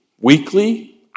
weekly